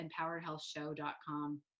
empoweredhealthshow.com